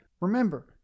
remember